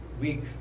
week